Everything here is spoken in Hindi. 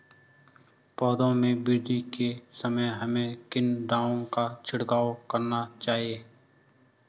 पौधों में वृद्धि के समय हमें किन दावों का छिड़काव करना चाहिए?